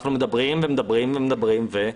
אנחנו מדברים ומדברים, ומה?